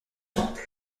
temple